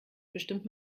bestimmt